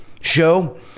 show